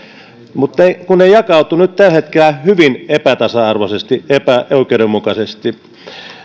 mutta ne jakautuvat nyt tällä hetkellä hyvin epätasa arvoisesti epäoikeudenmukaisesti